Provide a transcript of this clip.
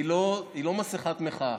היא לא מסכת מחאה.